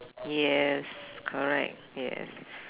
yes correct yes